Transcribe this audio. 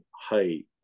height